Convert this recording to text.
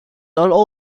all